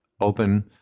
open